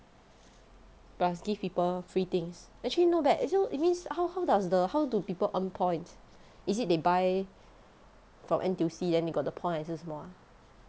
plus give people free things actually not bad eh so it means how how does the how do people earn points is it they buy from N_T_U_C then they got the point 还是什么啊